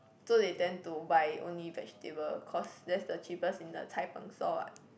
so they tend to buy only vegetable cause that's the cheapest in the cai png store what